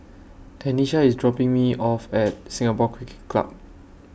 Tenisha IS dropping Me off At Singapore Cricket Club